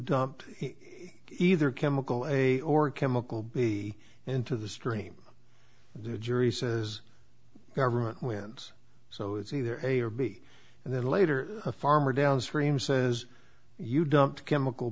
dump either chemical a or chemical b into the stream the jury says government wins so it's either a or b and then later a farmer downstream says you don't chemical